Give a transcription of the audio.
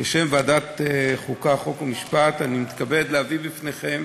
בשם ועדת חוקה, חוק ומשפט אני מתכבד להביא בפניכם